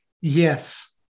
Yes